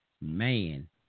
man